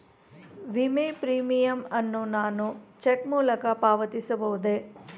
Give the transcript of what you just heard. ವಿಮೆ ಪ್ರೀಮಿಯಂ ಅನ್ನು ನಾನು ಚೆಕ್ ಮೂಲಕ ಪಾವತಿಸಬಹುದೇ?